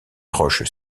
roches